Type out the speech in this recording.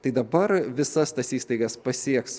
tai dabar visas tas įstaigas pasieks